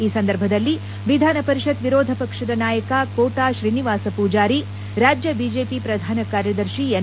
ಈ ಸಂದರ್ಭದಲ್ಲಿ ವಿಧಾನಪರಿಷತ್ ವಿರೋಧಪಕ್ಷದ ನಾಯಕ ಕೋಟಾ ತ್ರೀನಿವಾಸ ಪೂಜಾರಿ ರಾಜ್ಯ ಬಿಜೆಪಿ ಪ್ರಧಾನ ಕಾರ್ಯದರ್ತಿ ಎನ್